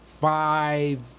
five